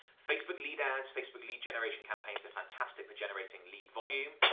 facebook lead ads, facebook lead generation campaigns are fantastic for generating lead volume,